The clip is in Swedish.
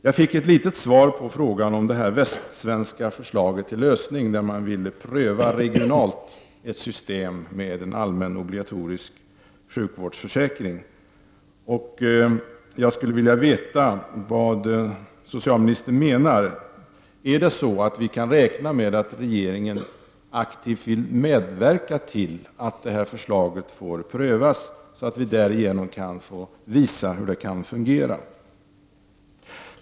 Jag fick ett litet svar på frågan om det västsvenska förslaget till lösning, där man regionalt ville pröva ett system med en allmän obligatorisk sjukvårdsförsäkring. Jag skulle vilja veta vad socialministern menar. Kan vi räkna med att regeringen aktivt vill medverka till att detta förslag får prövas, så att vi därigenom kan få visa hur det kan fungera?